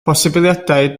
posibiliadau